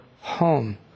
home